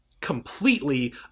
completely